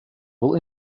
will